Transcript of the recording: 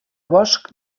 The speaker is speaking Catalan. bosc